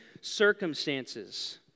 circumstances